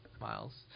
Miles